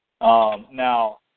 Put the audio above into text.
Now